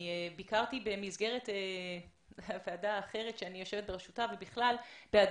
ביקרתי השבוע במסגרת ועדה אחרת שאני יושבת בראשותה בהדסים.